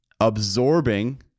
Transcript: absorbing